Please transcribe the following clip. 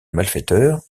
malfaiteurs